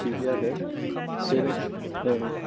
बिदि आरो से ओं